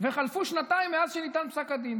וחלפו שנתיים מאז שניתן פסק הדין.